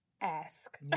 ask